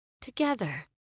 together